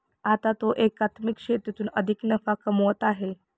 आता तो एकात्मिक शेतीतून अधिक नफा कमवत आहे